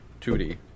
2D